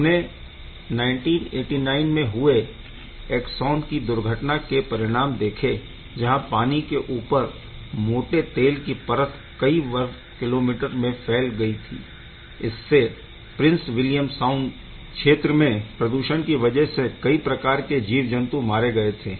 हमने 1989 में हुई ऐक्सऑन की दुर्घटना के परिणाम देखें जहाँ पानी के ऊपर मोटे तेल की परत कई वर्ग किलोमीटर में फैल गई थी जिससे प्रिन्स विलियम साउण्ड क्षेत्र में प्रदूषण की वजह से कई प्रकार के जीवजन्तु मारे गए थे